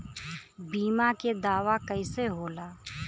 बीमा के दावा कईसे होला?